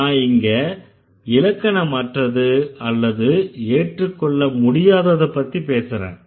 நான் இங்க இலக்கணமற்றது அல்லது ஏற்றுக்கொள்ள முடியாததப்பத்தி பேசறேன்